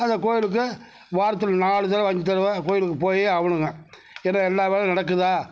அந்த கோவிலுக்கு வாரத்தில் நாலு தடவை அஞ்சு தடவை கோவிலுக்கு போய் ஆகணுங்க ஏன்னா எல்லா வேலையும் நடக்குதா